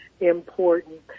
important